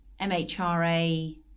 MHRA